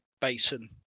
Basin